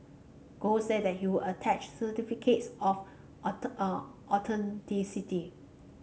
gold said that he would attach certificates of authenticity